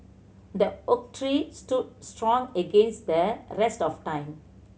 the oak tree stood strong against the rest of time